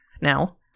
now